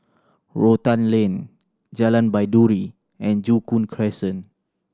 Rotan Lane Jalan Baiduri and Joo Koon Crescent